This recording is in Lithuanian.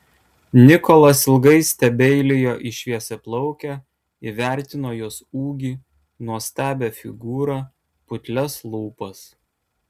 nikolas ilgai stebeilijo į šviesiaplaukę įvertino jos ūgį nuostabią figūrą putlias lūpas